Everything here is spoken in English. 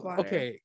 okay